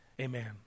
amen